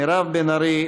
מירב בן ארי,